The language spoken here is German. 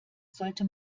sollte